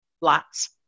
lots